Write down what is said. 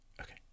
Okay